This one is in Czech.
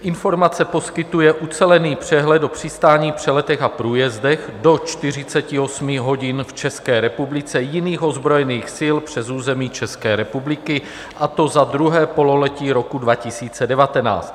Informace poskytuje ucelený přehled o přistání, přeletech a průjezdech do 48 hodin v České republice jiných ozbrojených sil přes území České republiky, a to za druhé pololetí roku 2019.